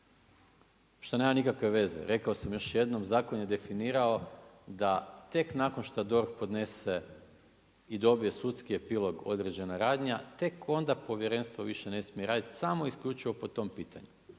što nema nikakve veze, rekao sam još jednom, zakon je definirao, da tek nakon što DORH podnese i dobije sudski epilog, određena radnja, tek onda povjerenstvo više ne smije raditi, samo isključivo po tom pitanju.